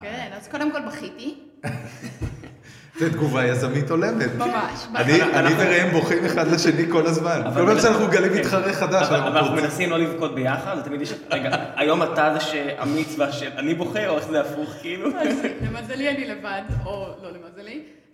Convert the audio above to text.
כן, אז קודם כל בכיתי. זה תגובה יזמית הולמת. ממש. אני וראם בוכים אחד לשני כל הזמן. זה אומר שאנחנו מגלים מתחרה חדש. אבל אנחנו מנסים לא לבכות ביחד. תמיד יש... רגע, היום אתה זה שאמיץ ואשר אני בוכה או איך זה הפוך כאילו? למזלי אני לבד. או... לא, למזלי.